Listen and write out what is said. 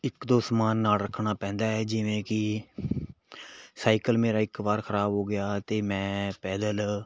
ਇੱਕ ਦੋ ਸਮਾਨ ਨਾਲ ਰੱਖਣਾ ਪੈਂਦਾ ਹੈ ਜਿਵੇਂ ਕਿ ਸਾਈਕਲ ਮੇਰਾ ਇੱਕ ਵਾਰ ਖ਼ਰਾਬ ਹੋ ਗਿਆ ਅਤੇ ਮੈਂ ਪੈਦਲ